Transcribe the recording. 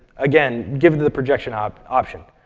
again, give it the projection um option.